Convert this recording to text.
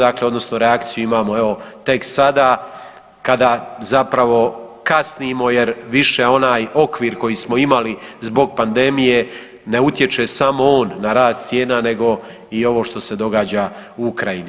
Dakle, odnosno reakciju imamo evo tek sada kada zapravo kasnimo jer više onaj okvir koji smo imali zbog pandemije ne utječe samo on na rast cijena nego i ovo što se događa u Ukrajini.